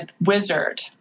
wizard